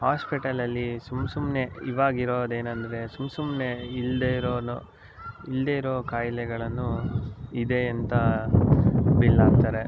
ಆಸ್ಪೆಟಲಲ್ಲಿ ಸುಮ್ಮ ಸುಮ್ಮನೆ ಇವಾಗ ಇರೋದೇನೆಂದರೆ ಸುಮ್ನೆ ಸುಮ್ಮನೆ ಇಲ್ಲದೇ ಇರೋನು ಇಲ್ಲದೇ ಇರೋ ಕಾಯಿಲೆಗಳನ್ನು ಇದೆ ಅಂತ ಬಿಲ್ ಹಾಕ್ತಾರೆ